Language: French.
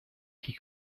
qui